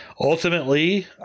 ultimately